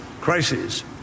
crises